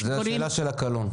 זו השאלה של הקלון.